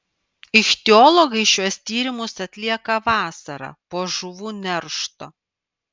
ichtiologai šiuos tyrimus atlieka vasarą po žuvų neršto